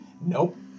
nope